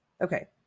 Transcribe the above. okay